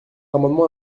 amendement